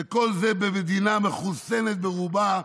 וכל זה במדינה מחוסנת ברובה,